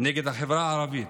נגד החברה הערבית.